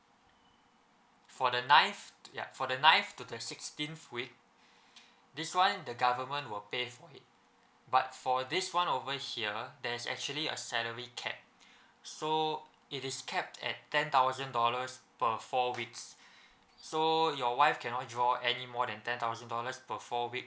for the ninth yeah for the ninth to the sixteenth week this one the government will pay for it but for this one over here there's actually a salary cap so it is cap at ten thousand dollars per four weeks so your wife cannot draw any more than ten thousand dollars per four week